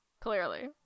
clearly